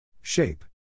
Shape